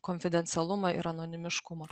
konfidencialumą ir anonimiškumą